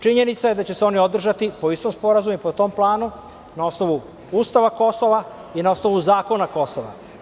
Činjenica je da će se oni održati po istom sporazumu i po tom planu na osnovu Ustava Kosova i na osnovu zakona Kosova.